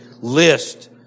list